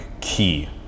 key